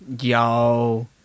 Yo